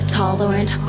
tolerant